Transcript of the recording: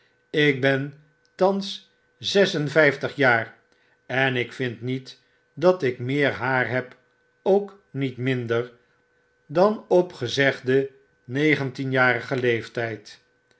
ik ben thans zes en vflftig jaar en ik vind niet dat ik meer haar heb ook niet minder dan op gezegden negentienjarigen leeftjjd